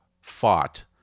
fought